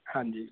ਹਾਂਜੀ